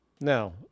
Now